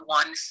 one